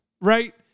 Right